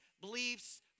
beliefs